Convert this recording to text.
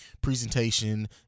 presentation